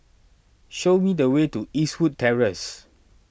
show me the way to Eastwood Terrace